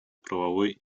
правовой